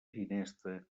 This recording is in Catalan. ginesta